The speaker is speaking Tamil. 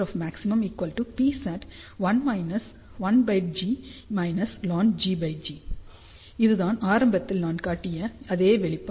Psat 1−1G−lnGG இதுதான் ஆரம்பத்தில் நான் காட்டிய அதே வெளிப்பாடு